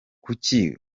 kuki